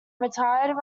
retired